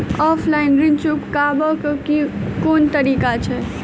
Offline ऋण चुकाबै केँ केँ कुन तरीका अछि?